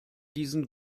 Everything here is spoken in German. diesen